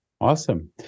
Awesome